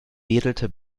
wedelte